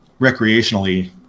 recreationally